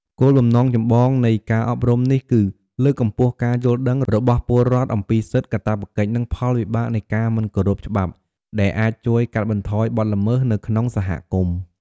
គោលបំណងចម្បងនៃការអប់រំនេះគឺ លើកកម្ពស់ការយល់ដឹង របស់ពលរដ្ឋអំពីសិទ្ធិ កាតព្វកិច្ច និងផលវិបាកនៃការមិនគោរពច្បាប់ ដែលអាចជួយ កាត់បន្ថយបទល្មើស នៅក្នុងសហគមន៍។